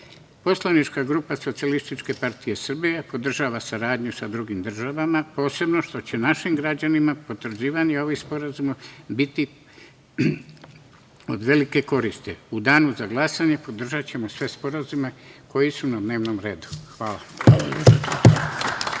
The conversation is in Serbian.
uslova. Poslanička grupa SPS podržava saradnju sa drugim državama, posebno što će našim građanima potvrđivanje ovih sporazuma biti od velike koristi.U danu za glasanje podržaćemo sve sporazume koji su na dnevnom redu. Hvala.